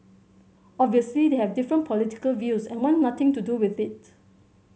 obviously they have different political views and want nothing to do with it